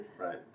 Right